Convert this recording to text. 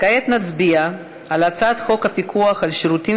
כעת נצביע על הצעת חוק הפיקוח על שירותים